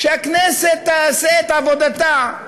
שהכנסת תעשה את עבודתה.